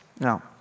now